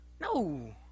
No